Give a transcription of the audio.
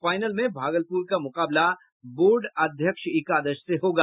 final में भागलपुर का मुकाबला बोर्ड अध्यक्ष एकादश से होगा